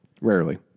Rarely